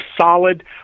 solid